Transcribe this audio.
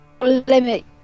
limit